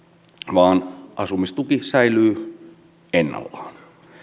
vaan asumistuki säilyy ennallaan